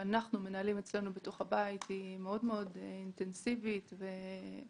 שאנחנו מנהלים אצלנו בתוך הבית היא מאוד אינטנסיבית וצמודה.